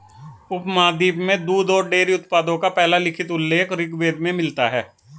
उपमहाद्वीप में दूध और डेयरी उत्पादों का पहला लिखित उल्लेख ऋग्वेद में मिलता है